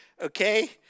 okay